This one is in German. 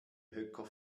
höcker